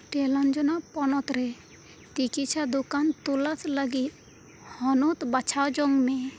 ᱴᱮᱞᱟᱧᱡᱚᱱᱟ ᱯᱚᱱᱚᱛ ᱨᱮ ᱛᱤᱠᱤᱪᱷᱟ ᱫᱚᱠᱟᱱ ᱛᱚᱞᱟᱥ ᱞᱟᱹᱜᱤᱫ ᱦᱚᱱᱚᱛ ᱵᱟᱪᱷᱟᱣ ᱡᱚᱝ ᱢᱮ